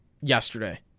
yesterday